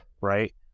right